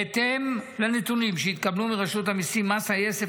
בהתאם לנתונים שהתקבלו מרשות המיסים מס היסף